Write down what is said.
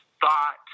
thought